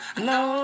no